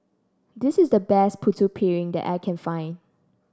this is the best Putu Piring that I can find